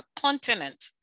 continent